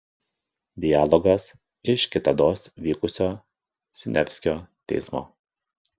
dialogas iš kitados vykusio siniavskio teismo